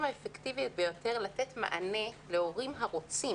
האפקטיביות ביותר לתת מענה להורים הרוצים